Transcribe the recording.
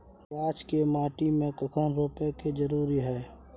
गाछ के माटी में कखन रोपय के जरुरी हय?